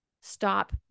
stop